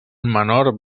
menor